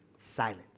silent